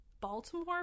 baltimore